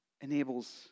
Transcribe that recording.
enables